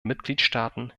mitgliedstaaten